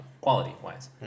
quality-wise